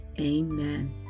amen